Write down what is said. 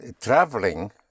traveling